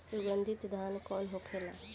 सुगन्धित धान कौन होखेला?